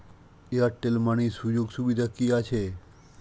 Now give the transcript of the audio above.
Airtel money সুযোগ সুবিধা কি আছে?